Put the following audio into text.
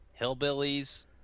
hillbillies